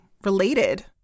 related